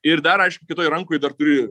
ir dar aišku kitoj rankoj dar turi